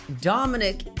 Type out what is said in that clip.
Dominic